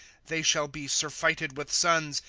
they shall be surfeited with sons.